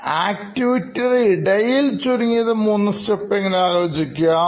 ആക്ടിവിറ്റിയുടെ ഇടയിൽ 3 സ്റ്റെപ്പ് എങ്കിലും ആലോചിക്കുക